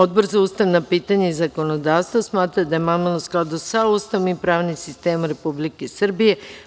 Odbor za ustavna pitanja i zakonodavstvo smatra da je amandman u skladu sa Ustavom i pravnim sistemom Republike Srbije.